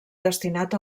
destinat